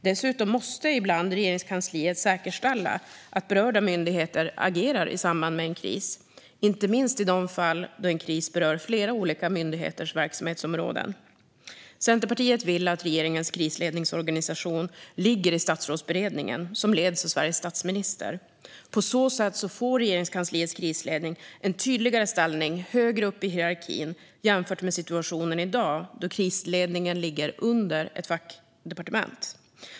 Dessutom måste ibland Regeringskansliet säkerställa att berörda myndigheter agerar i samband med en kris, inte minst i de fall då en kris berör flera olika myndigheters verksamhetsområden. Centerpartiet vill att regeringens krisledningsorganisation ligger i Statsrådsberedningen, som leds av Sveriges statsminister. På så sätt får Regeringskansliets krisledning en tydligare ställning högre upp i hierarkin jämfört med situationen i dag då krisledningen ligger under ett fackdepartement.